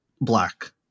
black